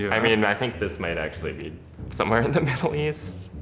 yeah i mean i think this might actually be somewhere in the middle east,